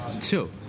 Two